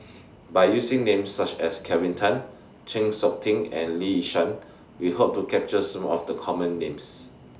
By using Names such as Kelvin Tan Chng Seok Tin and Lee Yi Shyan We Hope to capture Some of The Common Names